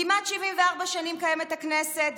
כמעט 74 שנים קיימת הכנסת,